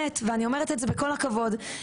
ואני אומרת את זה בכל הכבוד,